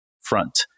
front